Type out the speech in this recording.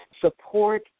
Support